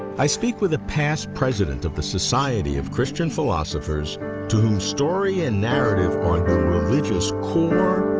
i speak with a past president of the society of christian philosophers to whom story and narrative are the religious core,